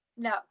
No